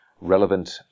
relevant